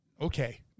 okay